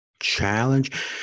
challenge